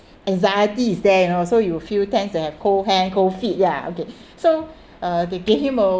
anxiety is there you know so you will feel tensed and have cold hand cold feet ya okay so uh they gave him a